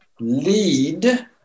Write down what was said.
lead